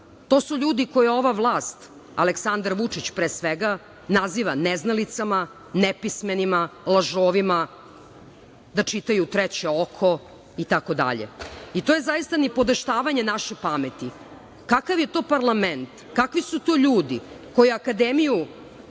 To su ljudi koje ova vlast, Aleksandar Vučić pre svega, naziva neznalicama, nepismenima, lažovima, da čitaju „Treće oko“, itd. To je zaista nipodaštavanje naše pameti. Kakav je to parlament, kakvi su to ljudi koji akademiju,